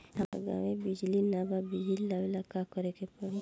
हमरा गॉव बिजली न बा बिजली लाबे ला का करे के पड़ी?